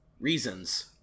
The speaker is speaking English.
Reasons